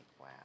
wow